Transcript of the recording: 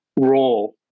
role